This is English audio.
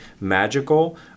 magical